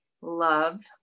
love